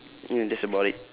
mm that's about it